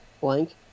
Blank